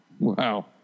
Wow